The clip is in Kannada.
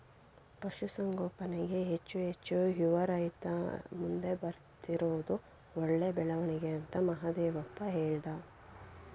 ಪಶುಸಂಗೋಪನೆಗೆ ಹೆಚ್ಚು ಹೆಚ್ಚು ಯುವ ರೈತ್ರು ಮುಂದೆ ಬರುತ್ತಿರುವುದು ಒಳ್ಳೆ ಬೆಳವಣಿಗೆ ಅಂತ ಮಹಾದೇವಪ್ಪ ಹೇಳ್ದ